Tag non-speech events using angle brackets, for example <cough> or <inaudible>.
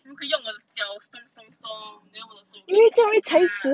如果可以用我的脚 stomp stomp stomp then 我的手可以 <noise>